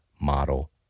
model